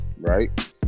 Right